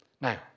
Now